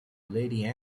lady